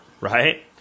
right